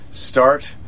start